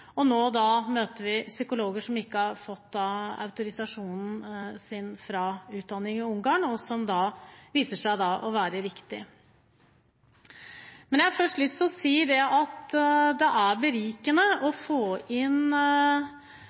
og nå møter vi psykologer som ikke har fått autorisasjon for utdanning fra Ungarn – som viser seg å være riktig. Jeg har først lyst til å si at det er berikende å få inn